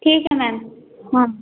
ठीक है मैम हाँ